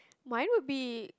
mine would be